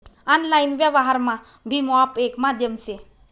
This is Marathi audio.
आनलाईन व्यवहारमा भीम ऑप येक माध्यम से